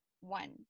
one